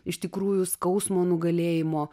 iš tikrųjų skausmo nugalėjimo